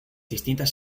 distintas